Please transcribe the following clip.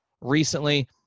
recently